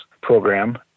program